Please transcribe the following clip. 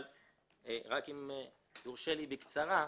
אבל אם יורשה לי, בקצרה,